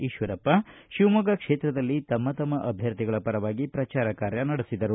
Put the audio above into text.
ಈಶ್ವರಪ್ಪ ಶಿವಮೊಗ್ಗ ಕ್ಷೇತ್ರದಲ್ಲಿ ತಮ್ಮ ತಮ್ನ ಅಭ್ಯರ್ಥಿಗಳ ಪರವಾಗಿ ಪ್ರಚಾರ ಕಾರ್ಯ ನಡೆಸಿದರು